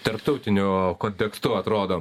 tarptautiniu kontekstu atrodom